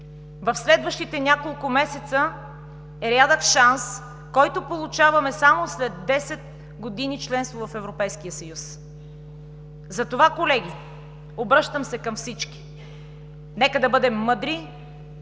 в следващите няколко месеца, е рядък шанс, който получаваме само след 10 години членство в Европейския съюз. Затова, колеги, обръщам се към всички: нека да бъдем мъдри,